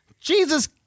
Jesus